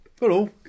Hello